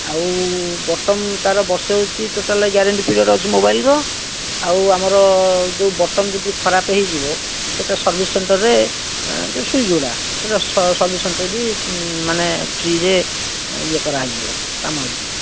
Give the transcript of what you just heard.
ଆଉ ବଟମ୍ ତାର ବର୍ଷେ ହେଉଛି ଟୋଟାଲ ଗ୍ୟାରେଣ୍ଟି ପିରିୟଡ଼ ଅଛି ମୋବାଇଲ୍ର ଆଉ ଆମର ଯେଉଁ ବଟମ୍ ଯଦି ଖରାପ ହେଇଯିବ ସେ ତ ସର୍ଭିସ୍ ସେଣ୍ଟରରେ ଯେଉଁ ସୁଇଚ୍ଗୁଡ଼ା ସର୍ଭିସ୍ ସେଣ୍ଟରରେ ବି ମାନେ ଫ୍ରିରେ ଇଏ କରାହେଇଯିବ କାମ ହେଇଯିବ